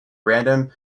random